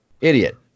idiot